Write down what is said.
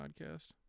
podcast